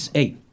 eight